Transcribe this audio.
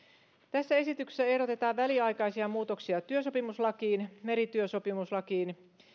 tässä esityksessä ehdotetaan väliaikaisia muutoksia työsopimuslakiin merityösopimuslakiin